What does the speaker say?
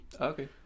Okay